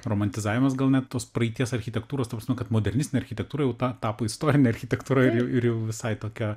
romantizavimas gal net tos praeities architektūros ta prasme kad modernistinė architektūra jau ta tapo istorine architektūra ir jau visai tokia